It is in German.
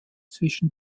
zwischen